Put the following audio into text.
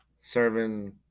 serving